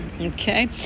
okay